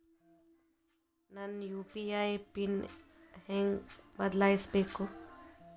ನನ್ನ UPI PIN ಹೆಂಗ್ ಬದ್ಲಾಯಿಸ್ಬೇಕು?